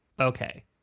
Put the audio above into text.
okay